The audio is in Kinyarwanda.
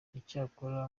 icyakora